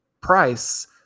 price